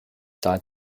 died